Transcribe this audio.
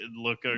look